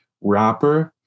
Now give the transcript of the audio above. rapper